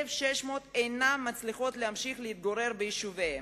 1,500 אינם מצליחים להמשיך להתגורר ביישוביהם,